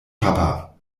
papa